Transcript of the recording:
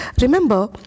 Remember